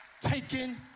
taken